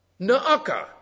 naaka